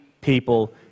people